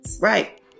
Right